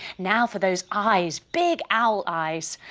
now for those eyes, big owl eyes.